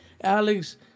Alex